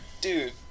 Dude